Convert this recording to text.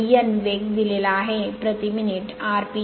आणि N वेग दिलेला आहे प्रति मिनिट rpm